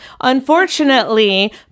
unfortunately